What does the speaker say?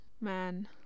Man